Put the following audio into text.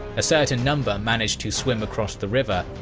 a certain number managed to swim across the river,